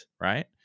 right